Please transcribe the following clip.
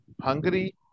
Hungary